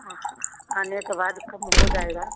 हाँ हाँ आने के बाद कम हो जाएगा